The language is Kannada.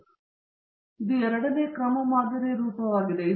ಆದ್ದರಿಂದ ಇದು ಎರಡನೇ ಕ್ರಮ ಮಾದರಿಯ ರೂಪವಾಗಿದೆ